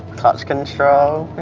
clutch control,